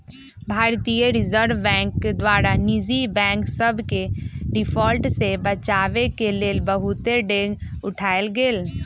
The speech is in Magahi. भारतीय रिजर्व बैंक द्वारा निजी बैंक सभके डिफॉल्ट से बचाबेके लेल बहुते डेग उठाएल गेल